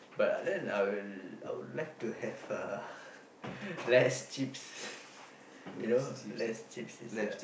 but then I will I will like to have uh less chips you know less chips is a